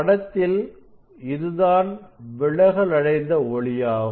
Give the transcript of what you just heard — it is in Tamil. படத்தில் இதுதான் விலகல் அடைந்த ஒளியாகும்